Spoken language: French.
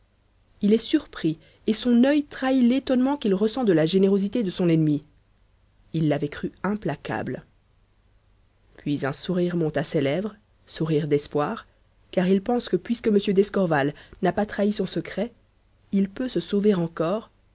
il est surpris et son œil trahit l'étonnement qu'il ressent de la générosité de son ennemi il l'avait cru implacable puis un sourire monte à ses lèvres sourire d'espoir car il pense que puisque m d'escorval n'a pas trahi son secret il peut se sauver encore